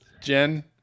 jen